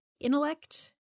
intellect